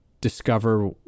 discover